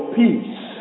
peace